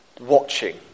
watching